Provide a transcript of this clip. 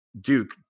Duke